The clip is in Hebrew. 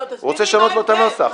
הוא רוצה לשנות לו את הנוסח.